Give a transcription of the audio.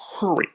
hurry